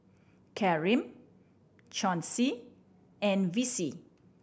Karyme Chauncey and Vicie